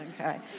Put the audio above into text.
okay